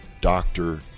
doctor